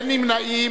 אין נמנעים.